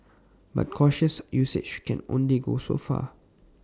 but cautious usage can only go so far